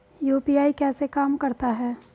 UPI कैसे काम करता है?